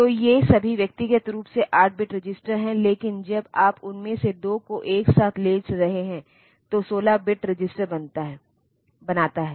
तो ये सभी व्यक्तिगत रूप से 8 बिट रजिस्टर हैं लेकिन जब आप उनमें से 2 को एक साथ ले रहे हैं तो 16 बिट रजिस्टर बनाता है